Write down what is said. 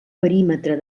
perímetre